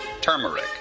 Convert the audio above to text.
turmeric